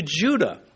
Judah